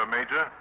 Major